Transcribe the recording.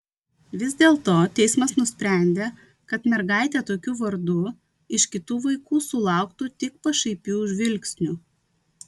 vis dėlto teismas nusprendė kad mergaitė tokiu vardu iš kitų vaikų sulauktų tik pašaipių žvilgsnių